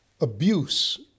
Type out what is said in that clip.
abuse